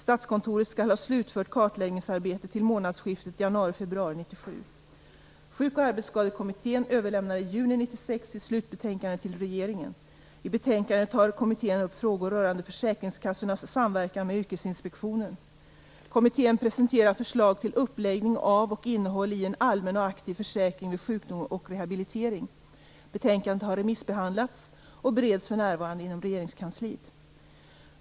Statskontoret skall ha slutfört kartläggningsarbetet till månadsskiftet januari/februari Sjuk och arbetsskadekommittén överlämnade i juni 1996 sitt slutbetänkande till regeringen. I betänkandet tar kommittén upp frågor rörande försäkringskassornas samverkan med Yrkesinspektionen. Kommittén presenterar förslag till uppläggning av och innehåll i en allmän och aktiv försäkring vid sjukdom och rehabilitering. Betänkandet har remissbehandlats och bereds för närvarande inom regeringskansliet.